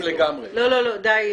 די,